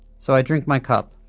so i drink my cup